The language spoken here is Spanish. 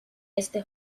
este